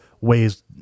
ways